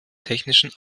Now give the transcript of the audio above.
technischen